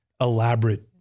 elaborate